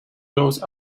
grows